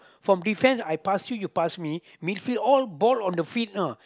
from defense I pass you you pass me mid field all ball on the feet you know